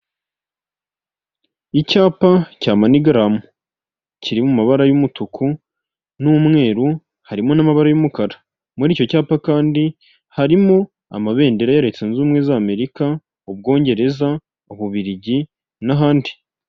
Icyapa cya manigaramu kiri mu mabara y'umutuku n'umweru harimo n'amabara y'umukara, muri icyo cyapa kandi harimo amabendera ya leta zunze ubumwe za merika, ubwongereza, ububiligi n'ahandi.